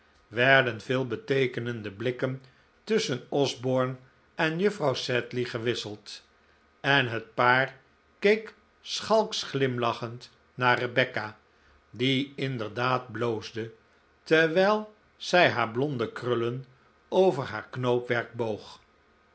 werden veelbeteekenende blikken tusschen osborne en juffrouw sedley gewisseld en het paar keek schalks glimlachend naar rebecca die inderdaad bloosde terwijl zij haar blonde krullen over haar knoopwerk boog